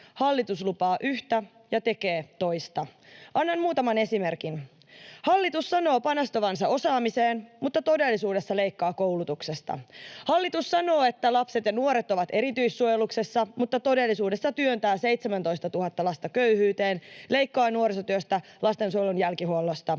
hallitus lupaa yhtä ja tekee toista. Annan muutaman esimerkin. Hallitus sanoo panostavansa osaamiseen mutta todellisuudessa leikkaa koulutuksesta. Hallitus sanoo, että lapset ja nuoret ovat erityissuojeluksessa mutta todellisuudessa työntää 17 000 lasta köyhyyteen, leikkaa nuorisotyöstä ja lastensuojelun jälkihuollosta.